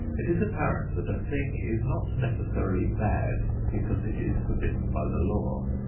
it is apparent that a thing is not necessarily bad because it is forbidden by the law.